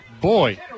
Boy